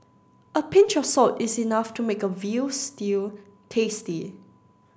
a pinch of salt is enough to make a veal stew tasty